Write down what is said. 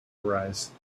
arise